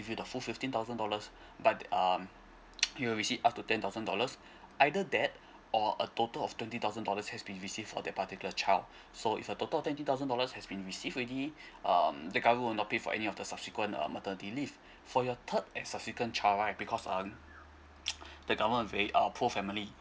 give you the full fifteen thousand dollars but um you will receive up to ten thousand dollars either that or a total of twenty thousand dollars has been received for that particular child so if a total twenty thousand dollars has been received already um the government will not pay for any of the subsequent um maternity leave for your third and subsequent child right because um the government very uh poor family